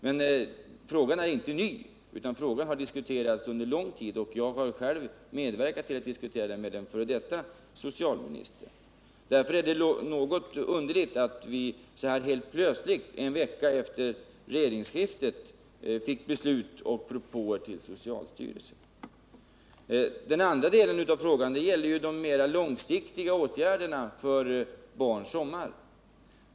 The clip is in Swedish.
Men frågan är, som sagt, inte ny utan har diskuterats under lång tid. Själv har jag diskuterat den med förre socialministern. Därför är det något underligt att vi så här helt plötsligt, en vecka efter regeringsskiftet, fick beslut och propåer till socialstyrelsen. Den andra delen av frågan gäller de mera långsiktiga åtgärderna för Barns sommar.